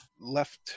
left